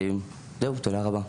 זהו, תודה רבה.